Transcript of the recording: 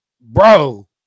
Bro